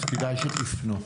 אז כדאי שתפנו,